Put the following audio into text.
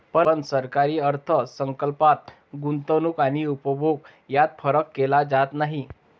पण सरकारी अर्थ संकल्पात गुंतवणूक आणि उपभोग यात फरक केला जात नाही